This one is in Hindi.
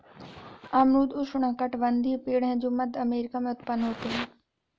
अमरूद उष्णकटिबंधीय पेड़ है जो मध्य अमेरिका में उत्पन्न होते है